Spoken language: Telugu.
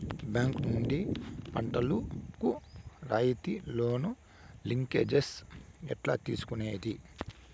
బ్యాంకు నుండి పంటలు కు రాయితీ లోను, లింకేజస్ ఎట్లా తీసుకొనేది?